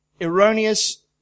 erroneous